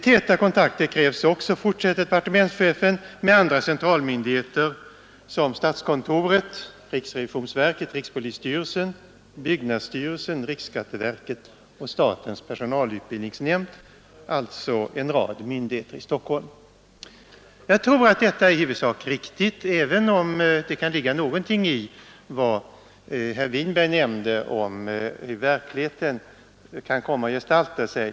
Täta kontakter krävs också, fortsätter departementschefen, med andra centralmyndigheter såsom statskontoret, riksrevisionsverket, rikspolisstyrelsen, byggnadsstyrelsen, riksskatteverket och statens personalutbildningsnämnd, alltså en rad myndigheter i Stockholm. Jag tror att detta i huvudsak är riktigt, även om det kan ligga någonting i vad herr Winberg nämnde om hur verkligheten kan komma att gestalta sig.